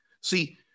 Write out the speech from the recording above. See